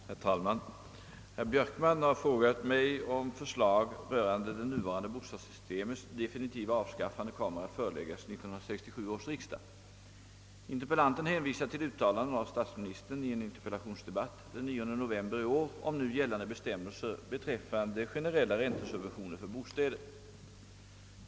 Herr talman! Herr Björkman har frågat mig om förslag rörande det nuvarande bostadssystemets definitiva avskaffande kommer att föreläggas 1967 års riksdag. Interpellanten hänvisar till uttalanden av statsministern i en interpellationsdebatt den 9 november i år om nu gällande bestämmelser beträffande generella räntesubventioner för bostäder.